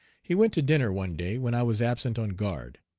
he went to dinner one day when i was absent on guard.